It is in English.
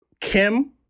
Kim